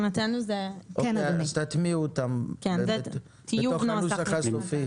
אז תטמיעו אותן בתוך הנוסח הסופי.